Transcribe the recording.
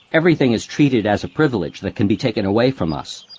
everything is treated as a privilege that can be taken away from us.